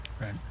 Right